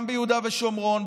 גם ביהודה ושומרון,